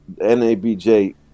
NABJ